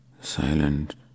silent